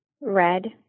Red